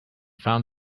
found